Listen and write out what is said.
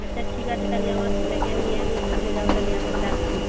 আচ্ছা ঠিক আছে তাহলে আমার ছেলেকে নিয়ে আমি স্কুলে যাবো তাহলে এখন রাখছি